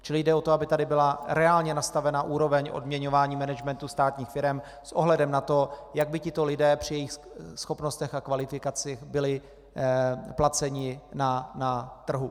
Čili jde o to, aby tady byla reálně nastavena úroveň odměňování managementu státních firem s ohledem na to, jak by tito lidé při svých schopnostech a kvalifikaci byli placeni na trhu.